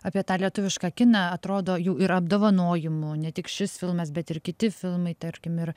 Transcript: apie tą lietuvišką kiną atrodo jau ir apdovanojimų ne tik šis filmas bet ir kiti filmai tarkim ir